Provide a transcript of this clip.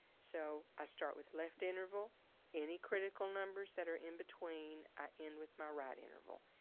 so i start with left interval any critical numbers that are in between, i end with my right interval